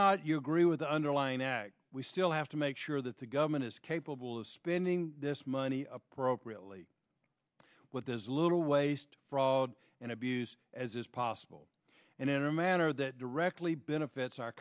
not you agree with the underlying act we still have to make sure that the government is capable of spending this money appropriately with as little waste fraud and abuse as is possible and in a manner that directly benefits our